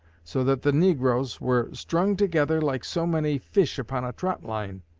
so that the negroes were strung together like so many fish upon a trot-line.